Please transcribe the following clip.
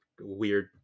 weird